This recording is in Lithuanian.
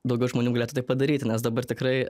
daugiau žmonių galėtų tai padaryti nes dabar tikrai